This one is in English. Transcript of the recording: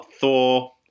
Thor